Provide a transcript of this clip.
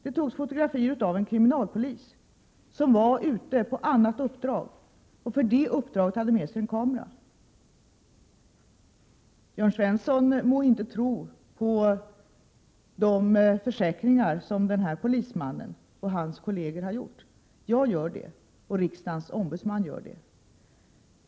Det togs fotografier av en kriminalpolis som var ute på annat uppdrag och för det uppdraget hade med sig en kamera. Jörn Svensson må inte tro på de försäkringar som den här polismannen och hans kolleger har gjort. Jag gör det, och riksdagens ombudsman gör det.